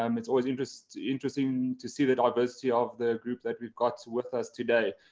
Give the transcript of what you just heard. um it's always interesting, interesting to see the diversity of the group that we've got with us today.